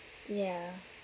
yeah